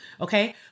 okay